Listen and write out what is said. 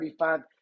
35